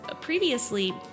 previously